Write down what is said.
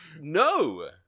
No